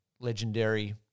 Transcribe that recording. legendary